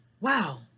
Wow